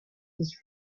his